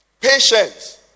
Patience